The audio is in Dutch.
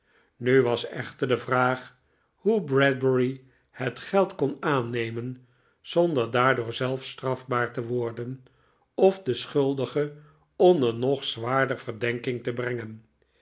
nu was echter de vraag hoe bradbury het geld kon aannemen zonder daardoor zelfstrafbaar te worden of den schuldige onder nog zwaarder verdenking te brengen